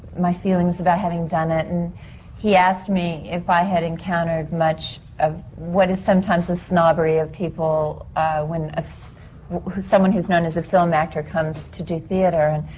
my feelings about having done it. and he asked me if i had encountered much of what is sometimes the snobbery of people when. ah someone who's known as a film actor comes to do theatre. and.